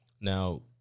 Now